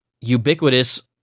ubiquitous